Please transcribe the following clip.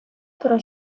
про